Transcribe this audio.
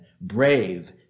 brave